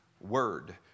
Word